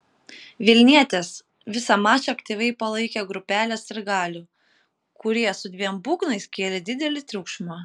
vilnietes visą mačą aktyviai palaikė grupelė sirgalių kurie su dviem būgnais kėlė didelį triukšmą